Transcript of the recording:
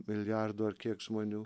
milijardo ar kiek žmonių